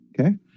Okay